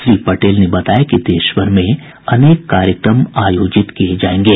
श्री पटेल ने बताया कि देश भर में अनेक कार्यक्रम आयोजित किये जायेंगे